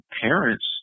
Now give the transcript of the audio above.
parents